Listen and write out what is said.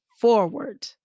forward